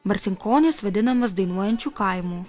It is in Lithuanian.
marcinkonys vadinamas dainuojančiu kaimu